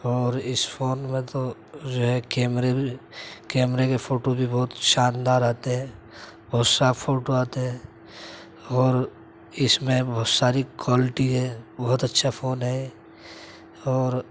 اور اس فون میں تو جو ہے کیمرے بھی کیمرے کے فوٹو بھی بہت شاندار آتے ہیں اور صاف فوٹو آتے ہیں اور اس میں بہت ساری کوالٹی ہے بہت اچھا فون ہے اور